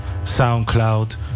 soundcloud